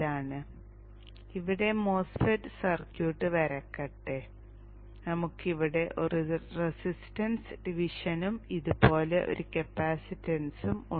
ഞാൻ ഇവിടെ MOSFET circuit വരയ്ക്കട്ടെ നമുക്ക് ഇവിടെ ഒരു റെസിസ്റ്റൻസ് ഡിവിഷനും ഇതുപോലെ ഒരു കപ്പാസിറ്റൻസും ഉണ്ട്